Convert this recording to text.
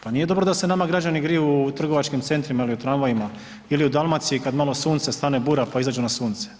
Pa nije dobro da se nama građani griju u trgovačkim centrima ili u tramvajima ili u Dalmaciji kad malo sunce, stane bura, pa izađu na sunce.